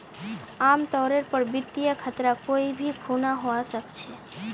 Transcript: आमतौरेर पर वित्तीय खतरा कोई भी खुना हवा सकछे